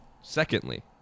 Secondly